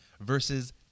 versus